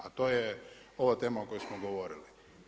A to je ova tema o kojoj smo govorili.